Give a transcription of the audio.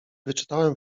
wyczytałem